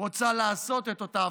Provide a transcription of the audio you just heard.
רוצה לעשות את אותה הפרדה.